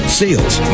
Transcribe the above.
sales